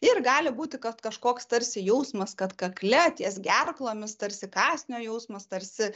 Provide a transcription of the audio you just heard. ir gali būti kad kažkoks tarsi jausmas kad kakle ties gerklomis tarsi kąsnio jausmas tarsi